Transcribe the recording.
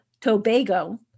Tobago